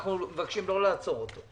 אנחנו מבקשים לא לעצור אותו.